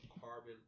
carbon